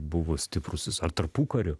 buvo stiprus jis ar tarpukariu